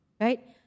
right